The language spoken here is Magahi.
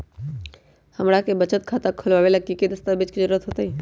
हमरा के बचत खाता खोलबाबे ला की की दस्तावेज के जरूरत होतई?